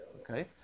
Okay